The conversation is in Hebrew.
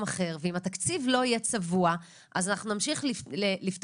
אחר ואם התקציב לא יהיה צבוע אז אנחנו נמשיך לפתוח,